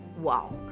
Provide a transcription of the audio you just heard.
Wow